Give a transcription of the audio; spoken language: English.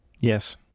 Yes